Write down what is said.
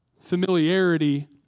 Familiarity